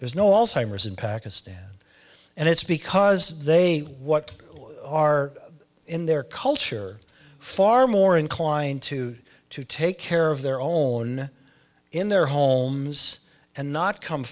there's no all simers in pakistan and it's because they what are in their culture far more inclined to to take care of their own in their homes and not come